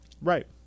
Right